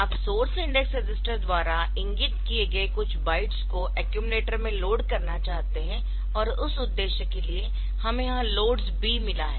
आप source indexed register द्वारा इंगित किए गए कुछ बाइट्सको अक्यूमलेटर में लोड करना चाहते है और उस उद्देश्य के लिए हमें यह LODS B मिला है